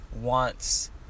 wants